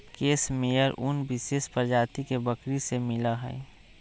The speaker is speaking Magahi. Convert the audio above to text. केस मेयर उन विशेष प्रजाति के बकरी से मिला हई